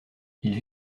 ils